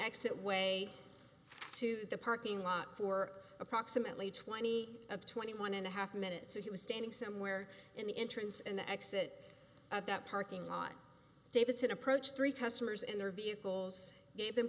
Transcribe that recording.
exit way to the parking lot for approximately twenty of twenty one and a half minutes so he was standing somewhere in the entrance and the exit at that parking lot davidson approached three customers in their vehicles gave them